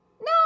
No